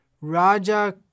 Raja